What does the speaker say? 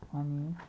आणि